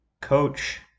coach